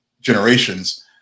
Generations